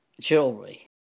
jewelry